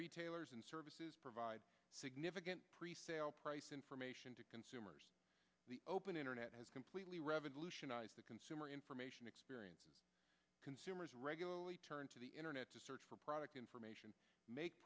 retailers and services provide significant pre sale price information to consumers the open internet has completely revolutionized the consumer information experience consumers regularly turn to the internet to search for product information make